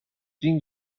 tinc